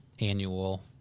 annual